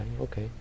Okay